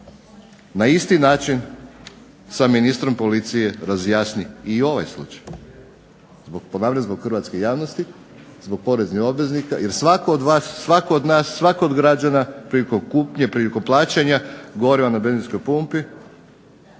na isti način sa ministrom policije razjasni i ovaj slučaj. Ponavljam, zbog hrvatske javnosti, zbog poreznih obveznika jer svatko od vas, svatko od nas, svatko od građana prilikom kupnje, prilikom plaćanja goriva na benzinskoj kupnji